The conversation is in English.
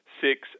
six